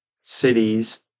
cities